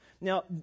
Now